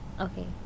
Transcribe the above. Okay